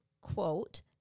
quote